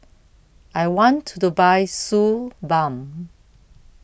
I want to to Buy Suu Balm